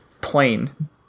plain